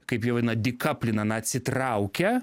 kaip jau ina dikaprinan atsitraukia